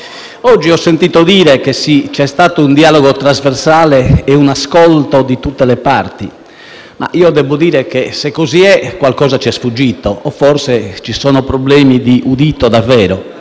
Oggi ho sentito dire che c'è stato un dialogo trasversale e un ascolto di tutte le parti, ma debbo dire che, se così è, qualcosa ci è sfuggito o forse ci sono davvero problemi di udito.